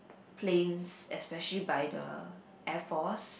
planes especially by the Air Force